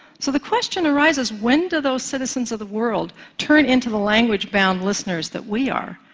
so the question arises, when do those citizens of the world turn into the language-bound listeners that we are?